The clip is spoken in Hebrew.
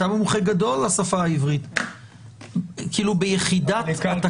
אתה מומחה גדול לשפה העברית, חבר הכנסת בגין.